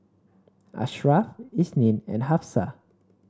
Ashraff Isnin and Hafsa